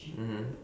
mmhmm